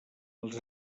els